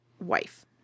wife